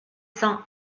cent